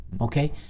okay